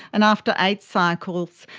and after eight cycles,